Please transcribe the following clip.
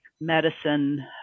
medicine